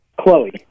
Chloe